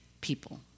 people